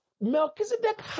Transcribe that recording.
Melchizedek